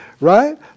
right